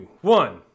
one